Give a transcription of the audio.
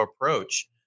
approach